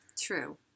True